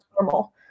normal